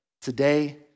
today